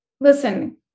listen